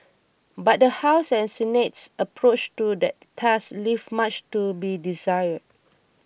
but the House and Senate's approach to that task leave much to be desired